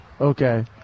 Okay